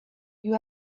you